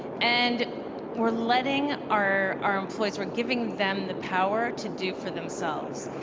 and we're letting our our employees, we're giving them the power to do for themselves.